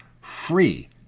free